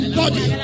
body